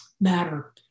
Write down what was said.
matter